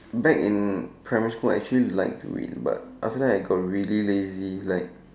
back in primary school I actually like to read but after that I got really lazy like